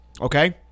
Okay